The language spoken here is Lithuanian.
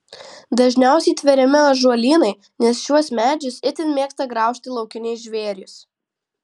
dažniausiai tveriami ąžuolynai nes šiuos medžius itin mėgsta graužti laukiniai žvėrys